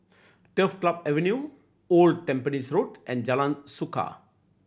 Turf Club Avenue Old Tampines Road and Jalan Suka